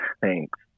Thanks